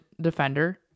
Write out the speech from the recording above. defender